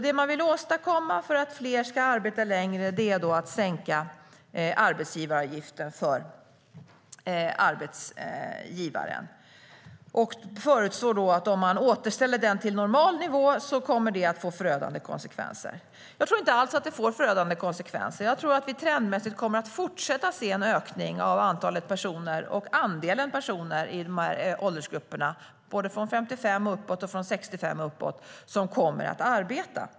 Det man vill göra för att fler ska arbeta längre är då att sänka arbetsgivaravgiften för arbetsgivaren. Och man förutspår att det, om den återställs till normal nivå, kommer att få förödande konsekvenser. Jag tror inte alls att det får förödande konsekvenser. Jag tror att vi trendmässigt kommer att fortsätta se en ökning av antalet personer och andelen personer i de här åldersgrupperna, både från 55 och uppåt och från 65 och uppåt, som kommer att arbeta.